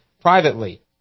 privately